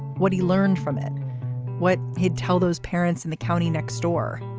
what he learned from it what he'd tell those parents in the county next door.